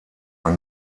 ein